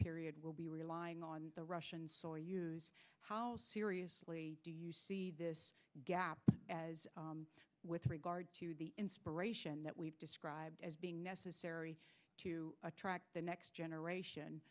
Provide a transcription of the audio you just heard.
period will be relying on the russian soyuz how seriously do you see this gap with regard to the inspiration that we've described as being necessary to attract the next generation